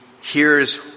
hears